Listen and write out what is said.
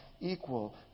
equal